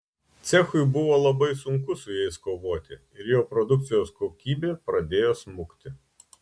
cechui buvo labai sunku su jais kovoti ir jo produkcijos kokybė pradėjo smukti